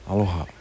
Aloha